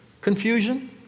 confusion